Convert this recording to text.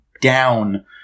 down